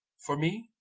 for me,